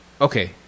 Okay